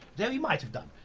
though he might have done.